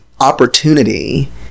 opportunity